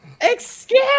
Excuse